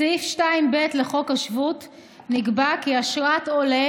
בסעיף 2(ב) לחוק השבות נקבע כי אשרת עולה